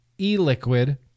e-liquid